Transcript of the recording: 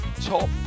top